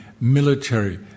military